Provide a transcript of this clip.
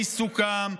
בעיסוקם,